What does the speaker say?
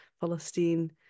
Palestine